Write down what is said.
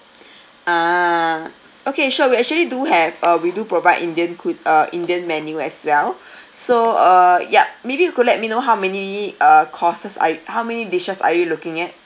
ah okay sure we actually do have uh we do provide indian cui~ uh indian menu as well so uh ya maybe you could let me know how many uh courses I how many dishes are you looking at